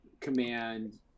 command